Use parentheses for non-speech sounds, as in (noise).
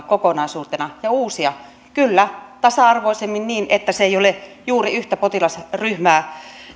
(unintelligible) kokonaisuutena ja uusia kyllä tasa arvoisemmin niin että se ei ole juuri yhtä potilasryhmää